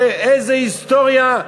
ואיזו היסטוריה.